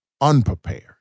unprepared